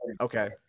Okay